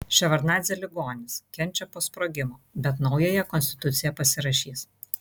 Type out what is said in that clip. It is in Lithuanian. ševardnadzė ligonis kenčia po sprogimo bet naująją konstituciją pasirašys